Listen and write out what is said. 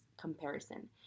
comparison